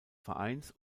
vereins